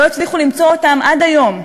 לא הצליחו למצוא עד היום,